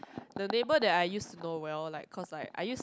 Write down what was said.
the label that I used to know well like cause like I use